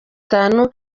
itanu